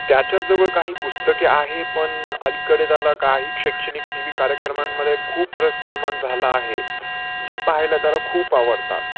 त्याच्याजवळ काही पुस्तके आहे पण अलीकडे त्याला काही शैक्षणिक टी व्ही कार्यक्रमांमध्ये खूप रस निर्माण झाला आहे जे पाहायला त्याला खूप आवडतात